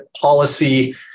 policy